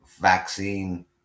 vaccine